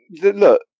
look